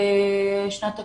שנת הקורונה,